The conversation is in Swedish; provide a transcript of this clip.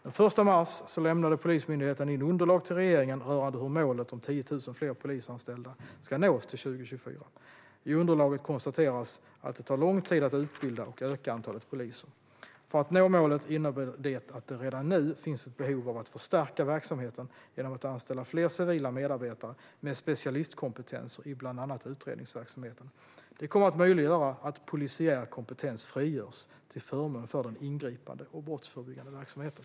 Den 1 mars lämnade Polismyndigheten in underlag till regeringen rörande hur målet om 10 000 fler polisanställda ska nås till 2024. I underlaget konstateras att det tar lång tid att utbilda och öka antalet poliser. För att nå målet innebär det att det redan nu finns ett behov av att förstärka verksamheten genom att anställa fler civila medarbetare med specialistkompetenser i bland annat utredningsverksamheten. Det kommer att möjliggöra att polisiär kompetens frigörs till förmån för den ingripande och brottsförebyggande verksamheten.